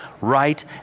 right